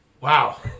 Wow